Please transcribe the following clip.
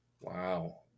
Wow